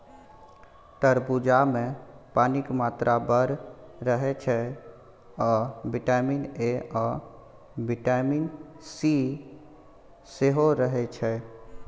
तरबुजामे पानिक मात्रा बड़ रहय छै आ बिटामिन ए आ बिटामिन सी सेहो रहय छै